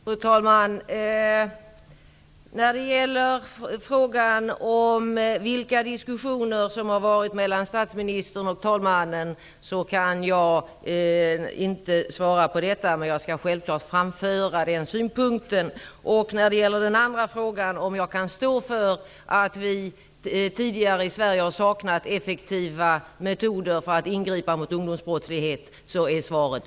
Fru talman! På frågan om vilka diskussioner som har varit mellan statsministern och talmannen kan jag inte ge något svar. Men jag skall självklart framföra den synpunkten. När det gäller den andra frågan, om jag kan stå för att vi i Sverige tidigare har saknat effektiva metoder för att ingripa mot ungdomsbrottslighet, är svaret: